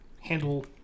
handle